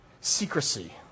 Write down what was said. Secrecy